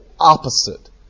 opposite